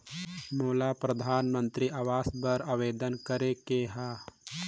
मोला परधानमंतरी आवास बर आवेदन करे के हा?